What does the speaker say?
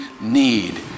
need